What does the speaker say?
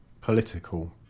political